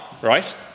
right